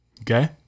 okay